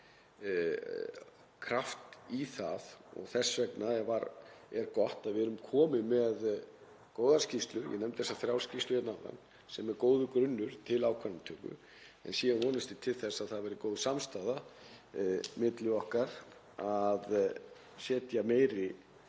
kraft í það og þess vegna er gott að við erum komin með góðar skýrslur, og ég nefndi þessar þrjár skýrslur hérna áðan sem eru góður grunnur til ákvarðanatöku. Síðan vonast ég til þess að það verði góð samstaða milli okkar um að setja meiri